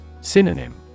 Synonym